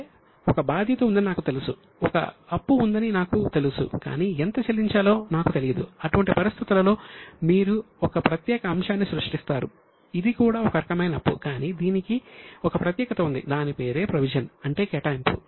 అంటే ఒక బాధ్యత ఉందని నాకు తెలుసు ఒక అప్పు ఉందని నాకు తెలుసు కాని ఎంత చెల్లించాలో నాకు తెలియదు అటువంటి పరిస్థితులలో మీరు ఒక ప్రత్యేక అంశాన్ని సృష్టిస్తారు ఇది కూడా ఒక రకమైన అప్పు కానీ దీనికి ఒక ప్రత్యేకత ఉంది దాని పేరే ప్రొవిజన్ అంటే కేటాయింపు